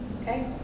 Okay